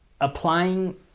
applying